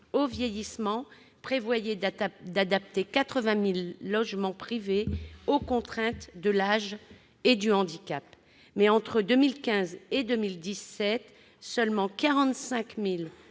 au vieillissement prévoyait d'adapter 80 000 logements privés aux contraintes de l'âge et du handicap. Mais, entre 2015 et 2017, seuls 45 000